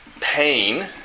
pain